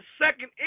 second